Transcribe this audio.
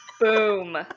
Boom